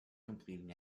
completing